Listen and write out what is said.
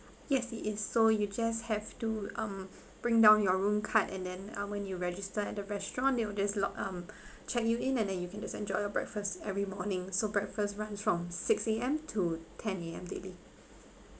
yes it is so you just have to um bring down your room card and then uh when you register at the restaurant they will just lock um check you in and then you can just enjoy your breakfast every morning so breakfast runs from six A_M to ten A_M daily